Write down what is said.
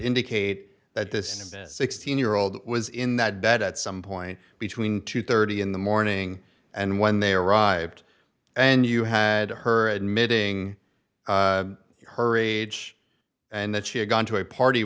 indicate that this is sixteen year old was in that bed at some point between two thirty in the morning and when they arrived and you had her admitting her rage and that she had gone to a party